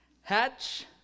Hatch